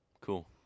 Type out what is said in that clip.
Cool